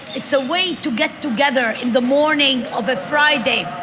it's a way to get together in the morning of a friday.